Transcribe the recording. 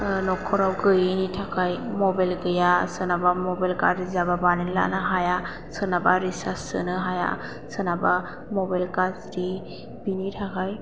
न'खराव गैयैनि थाखाय मबाइल गैया सोरनाबा मबाइल गाज्रि जाबा बानायना लानो हाया सोरनाबा रिसार्च सोनो हाया सोरनाबा मबाइल गाज्रि बिनि थाखाय